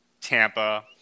Tampa